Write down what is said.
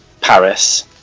Paris